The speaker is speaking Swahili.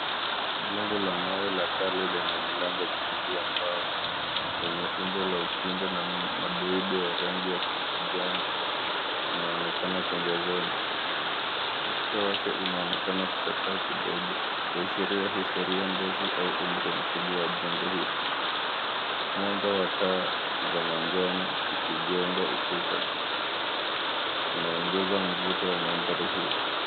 Jengo la mawe la kale lenye milango miwili ya mbao umbo la upinde na madoido ya rangi ya kijani inaonekana pembezoni, ukuta wake unaonekana kuchakaa kidogo. Inaashiria historia ndefu au umri mkubwa wa jengo hilo. Mwanga wa taa za manjano ukigonga ukuta, unaongeza mvuto wa mandhari hiyo.